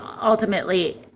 ultimately